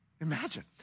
Imagine